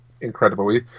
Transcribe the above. incredible